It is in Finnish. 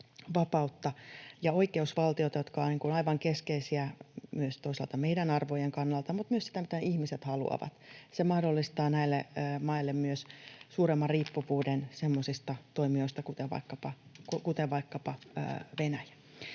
ja oikeusvaltiota, jotka ovat aivan keskeisiä myös toisaalta meidän arvojen kannalta mutta myös sitä, mitä ihmiset haluavat. Se mahdollistaa näille maille myös suuremman riippuvuuden semmoisista toimijoista kuten vaikkapa Venäjä.